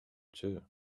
two